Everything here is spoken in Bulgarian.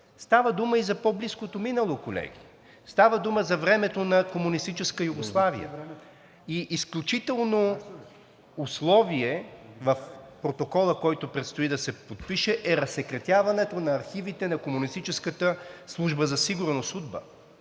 става дума и за по-близкото минало, колеги. Става дума за времето на комунистическа Югославия. Изключително условие в протокола, който предстои да се подпише, е разсекретяването на архивите на